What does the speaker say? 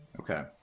Okay